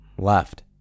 left